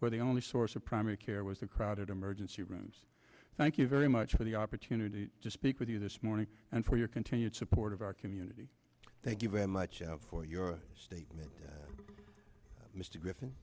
where the only source of primary care was the crowded emergency rooms thank you very much for the opportunity to speak with you this morning and for your continued support of our community thank you very much for your statement mr griffin